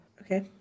Okay